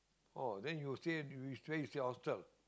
orh then you stay you stay you stay hostel